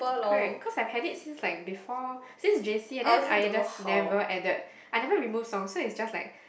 correct cause I hate it since like before since J_C and then I just never added I never removed songs so it just like